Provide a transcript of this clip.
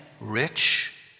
rich